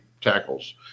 tackles